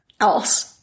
else